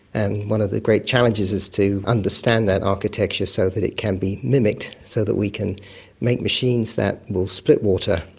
and one of the great challenges is to understand that architecture so that it can be mimicked so that we can make machines that will split water,